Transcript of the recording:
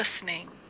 listening